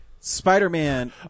spider-man